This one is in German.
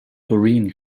doreen